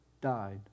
died